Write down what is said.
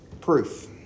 proof